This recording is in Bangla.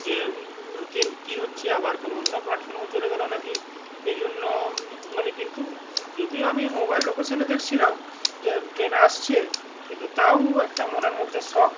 যে ট্রেন কী হচ্ছে আবার কোনো অন্য প্ল্যাটফর্মে চলে গেলো না কি এই জন্য আমি কিন্তু যদিও আমি মোবাইল লোকেশানে দেখছিলাম যে ট্রেন আসছে কিন্তু তাও একটা মনের মধ্যে শখ